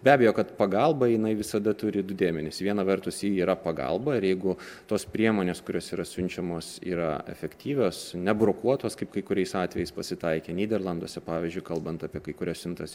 be abejo kad pagalba jinai visada turi du dėmenis viena vertus ji yra pagalba ir jeigu tos priemonės kurios yra siunčiamos yra efektyvios nebrokuotos kaip kai kuriais atvejais pasitaikė nyderlanduose pavyzdžiui kalbant apie kai kurias siuntas